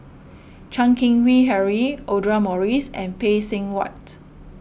Chan Keng Howe Harry Audra Morrice and Phay Seng Whatt